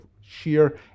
sheer